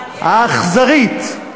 האכזרית,